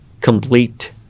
complete